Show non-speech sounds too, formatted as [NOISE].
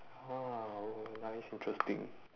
[NOISE] oh nice interesting